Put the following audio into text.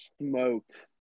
smoked